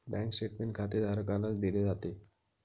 bank statement खातेधारकालाच दिले जाते